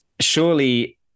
surely